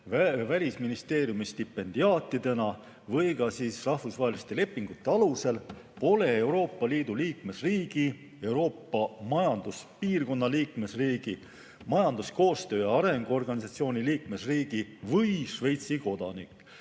Välisministeeriumi stipendiaatidena või rahvusvaheliste lepingute alusel, pole Euroopa Liidu liikmesriigi, Euroopa Majanduspiirkonna liikmesriigi, Majanduskoostöö ja Arengu Organisatsiooni liikmesriigi ega Šveitsi kodanik